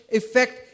effect